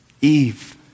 Eve